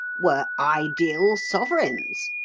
were ideal sovereigns,